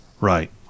Right